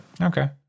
Okay